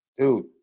dude